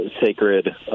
sacred